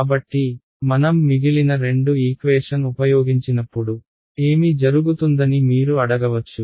కాబట్టి మనం మిగిలిన 2 ఈక్వేషన్ ఉపయోగించినప్పుడు ఏమి జరుగుతుందని మీరు అడగవచ్చు